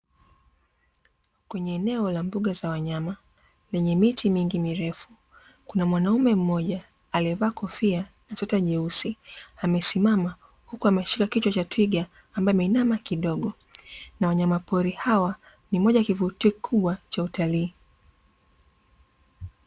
Kwenye eneo la mbuga za wanyama lenye miti mingi mirefu, kuna mwanaume mmoja aliyevaa kofia na sweta jeusi, amesimama huku ameshika kichwa cha twiga ambaye ameinama kidogo na wanyamapori hawa ni moja ya kivutio kikubwa cha utalii.